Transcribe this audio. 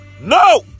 No